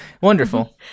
wonderful